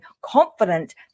confident